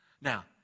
Now